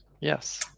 Yes